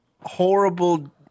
horrible